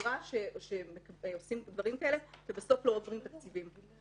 כבשגרה שעושים דברים כאלה ובסוף לא עוברים תקציבים.